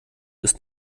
ist